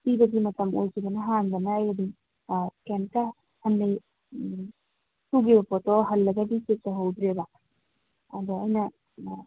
ꯄꯤꯕꯒꯤ ꯃꯇꯝ ꯑꯣꯏꯒꯤꯕꯅ ꯍꯥꯟꯕꯅ ꯑꯩ ꯑꯗꯨꯝ ꯀꯔꯤꯝꯇ ꯎꯝ ꯄꯨꯕꯤꯔꯛꯄꯗꯣ ꯍꯜꯂꯒꯗꯤ ꯆꯦꯛ ꯇꯧꯍꯧꯗ꯭ꯔꯦꯕ ꯑꯗ ꯑꯩꯅ